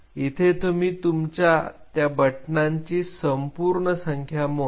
इथे तुम्ही तुमच्या त्या बटनांची संपूर्ण संख्या मोजता